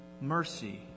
mercy